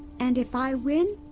and if i win,